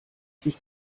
sich